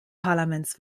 parlaments